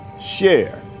share